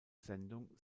sendung